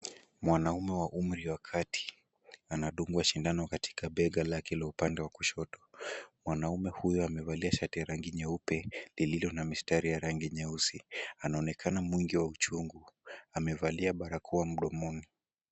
Mwanaume wa umri wa kati anadungwa sindano katika bega lake la upande wa kushoto. Mwanaume huyu amevalia shati la rangi nyeupe lililo na mistari ya rangi nyeusi. Anaonekana mwingi wa uchungu. Amevalia barakoa mdomoni.